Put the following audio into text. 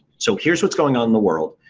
so, here's what's going on in the world.